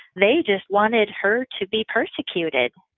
they just wanted her to be persecuted.